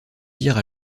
dire